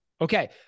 Okay